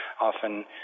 often